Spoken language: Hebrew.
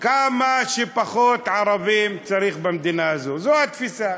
כמה שפחות ערבים צריך במדינה הזאת, זו התפיסה,